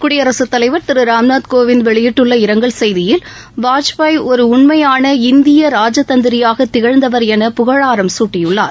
குடியரசுத் தலைவர் திரு ராம்நாத் கோவிந்த் வெளியிட்டுள்ள இரங்கல் செய்தியில் வாஜ்பாய் ஒரு உண்மையான இந்திய ராஜ தந்திரியாக திகழ்ந்தவா் என புகழாரம் சூட்டியுள்ளார்